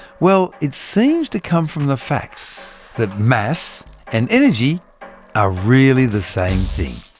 well, it seems to come from the fact that mass and energy are really the same thing.